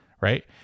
right